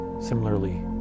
similarly